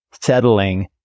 settling